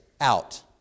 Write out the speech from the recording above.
out